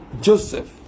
Joseph